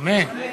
אמן.